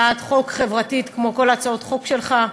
הצעת חוק חברתית, כמו כל הצעות החוק שלך,